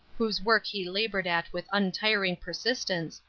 whose work he labored at with untiring persistence,